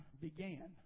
began